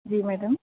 जी madam